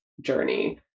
journey